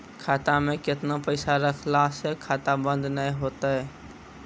खाता मे केतना पैसा रखला से खाता बंद नैय होय तै?